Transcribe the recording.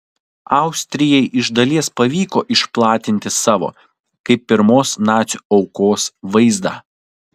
austrijai iš dalies pavyko išplatinti savo kaip pirmos nacių aukos vaizdą